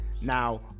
Now